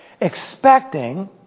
expecting